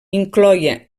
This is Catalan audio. incloïa